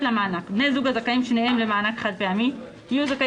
למענק בני זוג הזכאים שניהם למענק חד פעמי יהיו זכאים